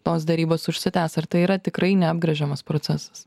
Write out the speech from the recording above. tos derybos užsitęs ar tai yra tikrai neapgręžiamas procesas